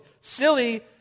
Silly